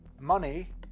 Money